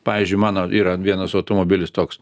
pavyzdžiui mano yra vienas automobilis toks